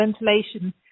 ventilation